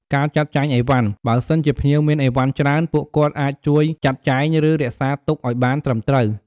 ការលាភ្ញៀវនៅពេលត្រឡប់ទៅវិញ នៅពេលភ្ញៀវត្រឡប់ទៅវិញ ពុទ្ធបរិស័ទតែងនិយាយពាក្យលាដោយរាក់ទាក់ និងជូនពរឲ្យធ្វើដំណើរប្រកបដោយសុវត្ថិភាព។